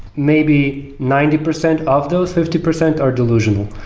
maybe ninety percent of those fifty percent are delusional.